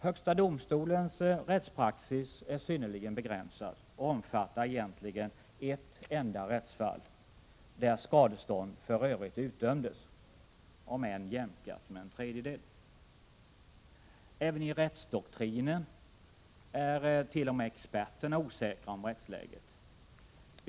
Högsta domstolens rättspraxis är synnerligen begränsad och omfattar egentligen ett enda rättsfall, där skadestånd för övrigt utdömdes, om än jämkat med en tredjedel. Även i rättsdoktrinen är t.o.m. experterna osäkra om rättsläget.